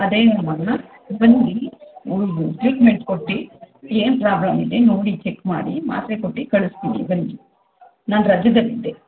ಅದೇನಮ್ಮ ಬನ್ನಿ ನೋಡಿ ಟ್ರೀಟ್ಮೆಂಟ್ ಕೊಟ್ಟು ಏನು ಪ್ರಾಬ್ಲಮ್ ಇದೆ ನೋಡಿ ಚೆಕ್ ಮಾಡಿ ಮಾತ್ರೆ ಕೊಟ್ಟು ಕಳಿಸ್ತೀನಿ ಬನ್ನಿ ನಾನು ರಜದಲ್ಲಿದ್ದೆ